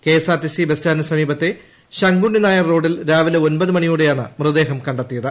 KSRTC bus സ്റ്റാൻറിന് സമീപത്തെ ശങ്ക്ടുണ്ണി നായർ റോഡിൽ രാവിലെ ഒമ്പത് മണിയോടെയാണ് മൃതദ്ദേഹം കണ്ടെത്തിയത്